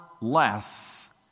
less